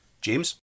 James